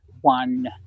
one